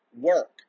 work